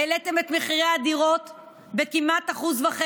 העליתם את מחירי הדירות כמעט ב-1.5%.